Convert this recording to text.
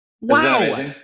Wow